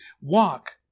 Walk